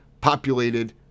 populated